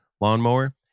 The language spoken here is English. lawnmower